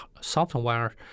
software